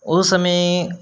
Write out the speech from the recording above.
ਉਸ ਸਮੇਂ